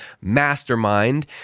mastermind